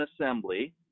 assembly